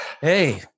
Hey